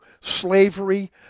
slavery